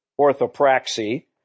orthopraxy